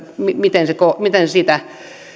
se miten sitä